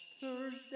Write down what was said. Thursday